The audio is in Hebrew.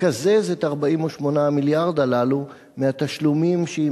לקזז את 48 המיליארד הללו מהתשלומים שהיא